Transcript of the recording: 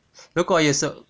如果有什